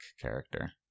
character